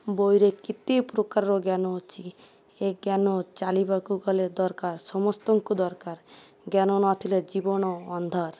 ବହିରେ କେତେ ପ୍ରକାରର ଜ୍ଞାନ ଅଛି ଏ ଜ୍ଞାନ ଚାଲିବାକୁ ଗଲେ ଦରକାର ସମସ୍ତଙ୍କୁ ଦରକାର ଜ୍ଞାନ ନଥିଲେ ଜୀବନ ଅନ୍ଧାର